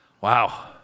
Wow